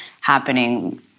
happening